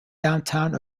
downtown